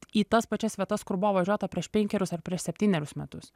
į tas pačias vietas kur buvo važiuota prieš penkerius ar prieš septynerius metus